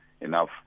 enough